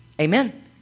Amen